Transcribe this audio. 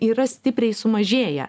yra stipriai sumažėję